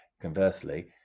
conversely